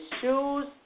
shoes